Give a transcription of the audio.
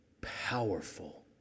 powerful